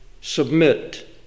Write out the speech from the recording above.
submit